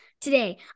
Today